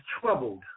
troubled